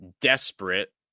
desperate